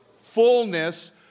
fullness